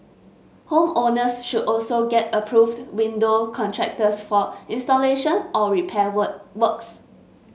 home owners should also get approved window contractors for installation or repair work works